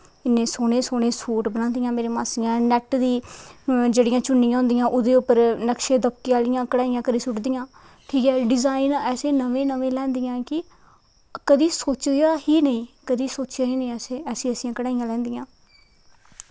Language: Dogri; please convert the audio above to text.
इन्नी सोह्नियां सोह्नियां चुन्नियां बनांदियां नैट दी जेह्ड़ियां चुन्नियां होंदियां उं'दे पर नक्शे दपके आह्लियां कड़ाहियां करी सुटदियां ठीक ऐ डिज़ाइन ऐसे नमें नमें लेआंदियां कि कदैं सोचेआ गै नेईं कदैं सोचेआ गै नेईं ऐसियां ऐसियां कड़ाहियां लांदियां